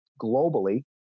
globally